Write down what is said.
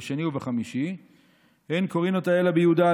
"בשני ובחמישי אין קוראין אותה אלא בי"ד,